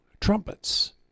trumpets